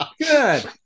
Good